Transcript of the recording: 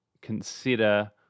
consider